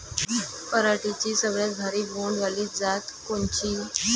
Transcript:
पराटीची सगळ्यात भारी बोंड वाली जात कोनची?